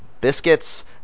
Biscuits